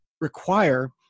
require